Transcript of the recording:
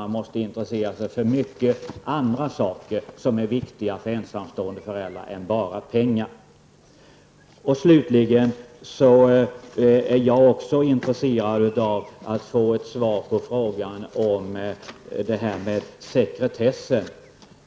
Man måste intressera sig för mycket annat som är viktigt för ensamstående föräldrar och inte bara för pengar. Även jag är intresserad av att få ett svar på frågan om sekretessen.